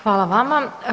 Hvala vama.